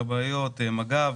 כבאיות ומשמר הגבול.